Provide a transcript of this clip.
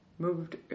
moved